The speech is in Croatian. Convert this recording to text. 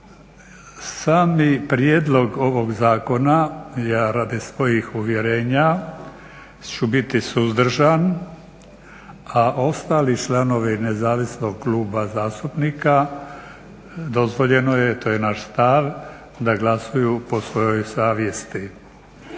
Sami prijedlog ovog zakona ja radi svojih uvjerenja ću biti suzdržan, a ostali članovi Nezavisnog kluba zastupnika dozvoljeno je to je naš stav da glasuju po svojoj savjesti.